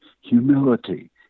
humility